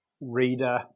reader